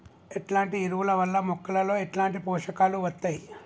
ఎట్లాంటి ఎరువుల వల్ల మొక్కలలో ఎట్లాంటి పోషకాలు వత్తయ్?